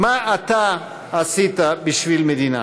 "מה אתה עשית בשביל מדינה?"